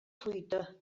fruita